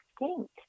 extinct